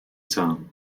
sám